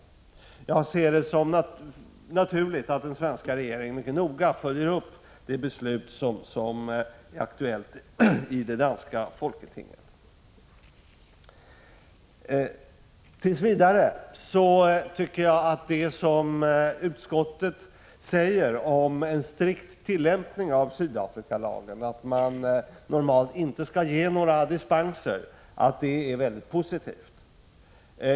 1985/86:140 det som naturligt att den svenska regeringen mycket noga följer upp det 14 maj 1986 beslut som är aktuellt i det danska folketinget. Tills vidare tycker jag att det som utskottet säger om en strikt tillämpning Svenska företags av Sydafrikalagen, dvs. att några dispenser normalt inte skall ges, är mycket verksamheti positivt.